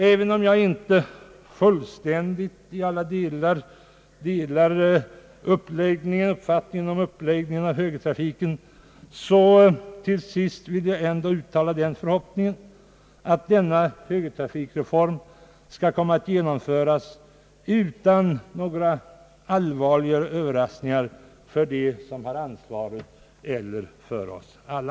Även om jag inte i alla delar gillar uppläggningen av högertrafikreformen, vill jag till sist ändå uttala förhopp ningen att denna reform skall komma att genomföras utan några allvarligare överraskningar för dem som har ansvaret, och för oss alla.